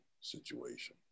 situation